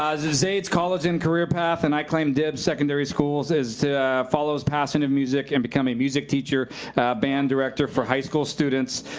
ah zaid's college and career path, and i claim dibs, secondary schools, is to follow his passion of music and become a music teacher, a band director for high school students.